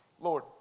Lord